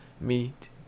meet